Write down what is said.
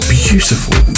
beautiful